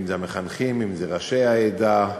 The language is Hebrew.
אם המחנכים, אם ראשי העדה,